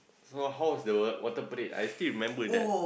so how's the water parade I still remember that